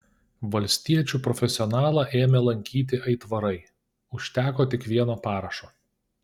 valstiečių profesionalą ėmė lankyti aitvarai užteko tik vieno parašo